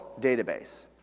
database